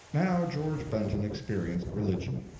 now george benton experienced religion.